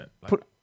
put